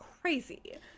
crazy